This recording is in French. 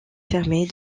fermée